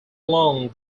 along